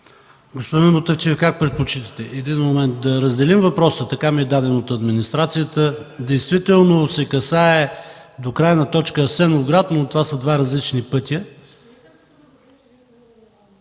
Господин Мутафчиев, как предпочитате – да разделим въпроса, така ми е даден от администрацията, действително се касае до крайна точка Асеновград, но това са два различни пътя?